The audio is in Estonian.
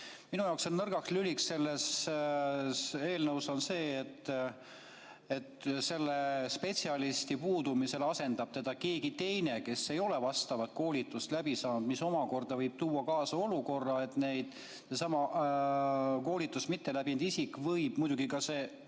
Minu jaoks on nõrgaks lüliks selles eelnõus see, et spetsialisti puudumisel asendab teda keegi teine, kes ei ole vastavat koolitust läbinud. See võib omakorda tuua kaasa olukorra, kus sedasama koolitust mitte läbinud isik – või muidugi ka